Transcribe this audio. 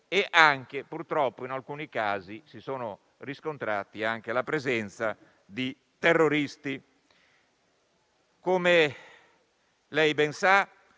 e purtroppo, in alcuni casi, è stata riscontrata anche la presenza di terroristi. Come ben sa,